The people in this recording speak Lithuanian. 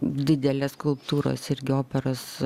didelės skulptūros irgi operos